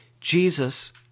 Jesus